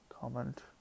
comment